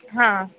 हां